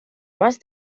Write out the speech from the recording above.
más